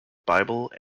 bible